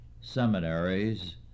seminaries